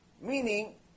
Meaning